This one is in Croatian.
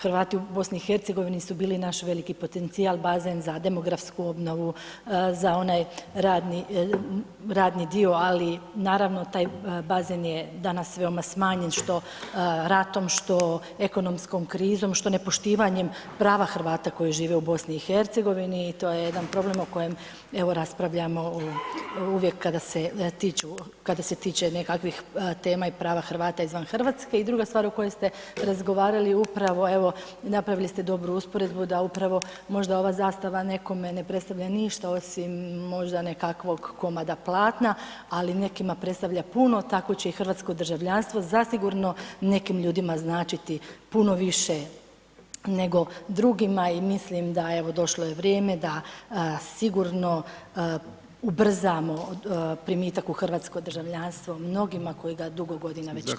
Da, Hrvati u BiH-u su bili naši velik potencijal, bazen za demografsku obnovu, za one radni dio ali naravno taj bazen je danas veoma smanjen što ratom, što ekonomskom krizom, što nepoštivanja prava Hrvata koji žive u BiH-u, to je jedan problem o kojem evo raspravljamo uvijek kada se tiče nekakvih tema i prava Hrvata izvan Hrvatske i druga stvar o kojoj ste razgovarali upravo evo, napravili ste dobru usporedbu da upravo možda ova zastava nekome ne predstavlja ništa osim možda nekakvog komada platna ali nekima predstavlja puno, tako će i hrvatsko državljanstvo zasigurno nekim ljudima značiti puno više nego drugim i mislim da evo došlo je vrijeme sigurno ubrzamo primitak u hrvatskom državljanstvo mnogima koji ga dugo godina već čekaju.